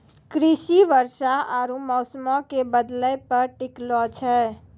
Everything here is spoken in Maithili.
कृषि वर्षा आरु मौसमो के बदलै पे टिकलो छै